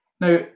Now